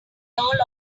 all